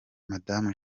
madamu